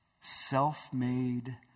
Self-made